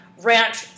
Ranch